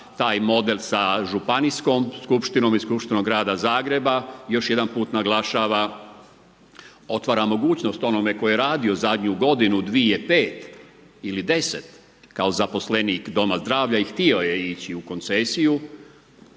taj model sa županijskom skupštinom i Skupštinom Grada Zagreba, još jedanput naglašava, otvara mogućnost tko je radio zadnju godinu, dvije, pet, ili 10 kao zaposlenik doma zdravlja i htio je ići u koncesiju